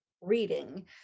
reading